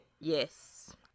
yes